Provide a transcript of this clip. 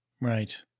right